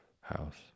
house